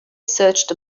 searched